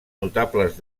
notables